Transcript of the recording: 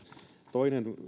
toinen